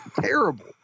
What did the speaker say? Terrible